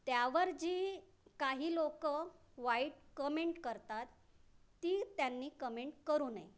त्यावर जी काही लोकं वाईट कमेंट करतात ती त्यांनी कमेंट करू नये